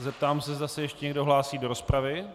Zeptám se, zda se ještě někdo hlásí do rozpravy.